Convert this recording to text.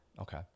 Okay